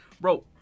Bro